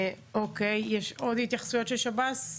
יש עוד התייחסויות של שב"ס?